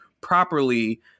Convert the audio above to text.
properly